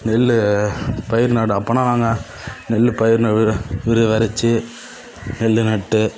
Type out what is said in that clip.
நெல் பயிர் நடு அப்படினா நாங்கள் நெல் பயிர் விதையை வெதச்சி நெல் நட்டு